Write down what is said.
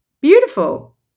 beautiful